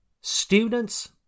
students